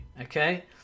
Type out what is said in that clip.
okay